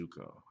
Zuko